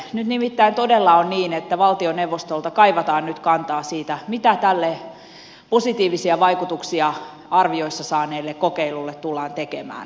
nyt nimittäin todella on niin että valtioneuvostolta kaivataan kantaa siitä mitä tälle positiivisia vaikutuksia arvioissa saaneelle kokeilulle tullaan tekemään